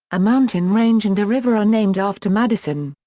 a mountain range and a river are named after madison.